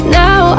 now